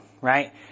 right